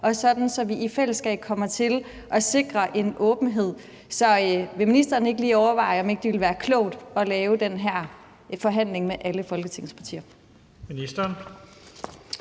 og sådan at vi i fællesskab kommer til at sikre en åbenhed. Så vil ministeren ikke lige overveje, om ikke det ville være klogt at have den her forhandling med alle Folketingets partier?